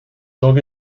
dog